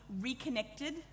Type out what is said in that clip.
reconnected